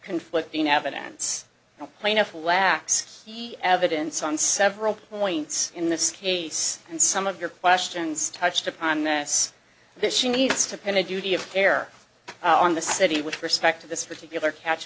conflicting evidence and plaintiff lacks evidence on several points in this case and some of your questions touched upon this that she needs to pin a duty of care on the city with respect to this particular catch